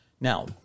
Now